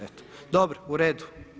Eto, dobro u redu.